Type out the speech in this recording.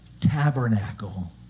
tabernacle